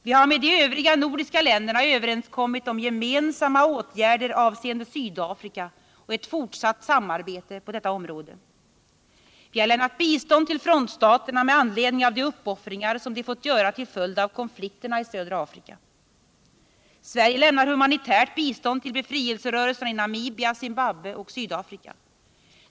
Vi har med de övriga nordiska länderna överenskommit om gemensamma åtgärder avseende Sydafrika och ett fortsatt samarbete på detta område. Vi har lämnat bistånd till frontstaterna med anledning av de uppoffringar som de fått göra till följd av konflikterna i södra Afrika. Sverige har lämnat humanitärt bistånd till befrielserörelserna i Namibia, Zimbabwe och Sydafrika.